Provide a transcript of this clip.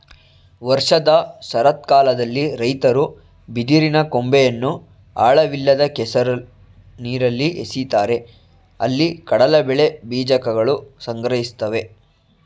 ವರ್ಷದ ಶರತ್ಕಾಲದಲ್ಲಿ ರೈತರು ಬಿದಿರಿನ ಕೊಂಬೆಯನ್ನು ಆಳವಿಲ್ಲದ ಕೆಸರು ನೀರಲ್ಲಿ ಎಸಿತಾರೆ ಅಲ್ಲಿ ಕಡಲಕಳೆ ಬೀಜಕಗಳು ಸಂಗ್ರಹಿಸ್ತವೆ